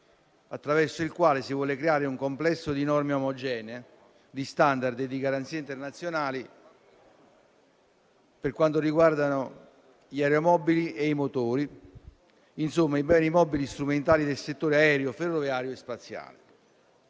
attraverso il quale si vuole creare un complesso di norme omogenee, di *standard* e di garanzie internazionali per quanto riguarda gli aeromobili e i motori, i beni mobili strumentali del settore aereo, ferroviario e spaziale.